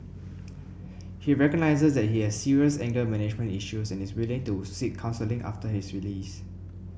he recognises that he has serious anger management issues and is willing to seek counselling after his release